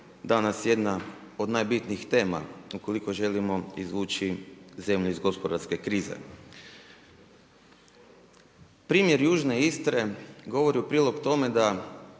danas jedna od najbitnijih tema ukoliko želimo izvući zemlju iz gospodarske krize. Primjer južne Istre govori u prilog tome da